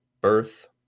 birth